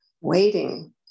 Waiting